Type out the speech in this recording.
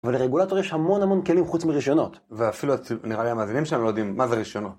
אבל לרגולטור יש המון המון כלים חוץ מרישיונות. ואפילו נראה לי המאזינים שלנו לא יודעים מה זה רישיונות